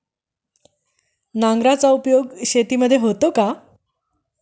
नांगराचा उपयोग शेतीमध्ये होतो का?